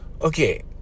okay